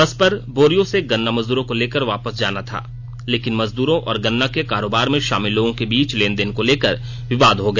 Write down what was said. बस पर बोरियो से गन्ना मजदूरों को लेकर वापस जाना था लेकिन मजदूरों और गन्ना के कारोबार में शामिल लोगों के बीच लेनदेन को लेकर विवाद हो गया